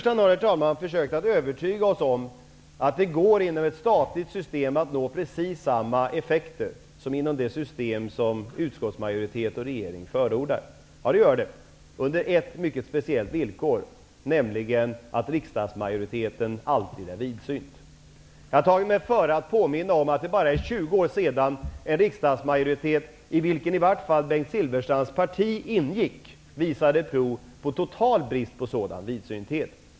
Bengt Silfverstrand har försökt övertyga oss om att det går att inom ett statligt system nå precis samma effekter som inom det system som utskottsmajoriteten och regeringen förordar. Ja, det gör det. Men det är under ett mycket speciellt villkor, nämligen att riksdagsmajoriteten alltid är vidsynt. Jag har tagit mig före att påminna om att det bara är 20 år sedan en riksdagsmajoritet i vilken i vart fall Bengt Silfverstrands parti ingick visade prov på total brist på sådan vidsynthet.